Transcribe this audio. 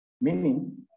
Meaning